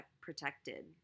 protected